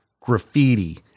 graffiti